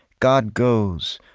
god goes,